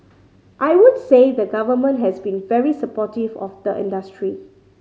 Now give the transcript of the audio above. I would say the Government has been very supportive of the industry